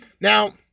Now